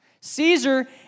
Caesar